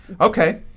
Okay